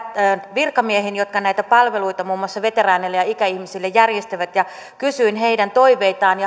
virkamiehiin jotka näitä palveluita muun muassa veteraaneille ja ikäihmisille järjestävät ja kysyin heidän toiveitaan ja